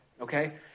okay